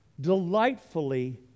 delightfully